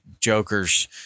jokers